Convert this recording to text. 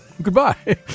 Goodbye